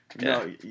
No